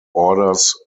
orders